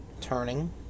turning